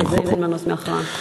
אז אין מנוס מהכרעה.